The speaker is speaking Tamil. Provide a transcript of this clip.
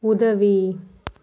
உதவி